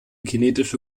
kinetische